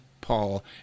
Paul